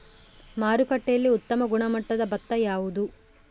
ಮಾರುಕಟ್ಟೆಯಲ್ಲಿ ಉತ್ತಮ ಗುಣಮಟ್ಟದ ಭತ್ತ ಯಾವುದು?